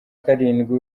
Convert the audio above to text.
karindwi